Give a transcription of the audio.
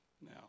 Now